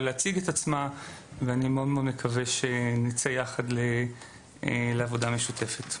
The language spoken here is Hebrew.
להציג את עצמה ואני מאוד מאוד מקווה שנצא יחד לעבודה משותפת.